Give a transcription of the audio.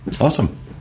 Awesome